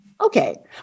Okay